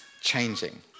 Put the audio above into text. changing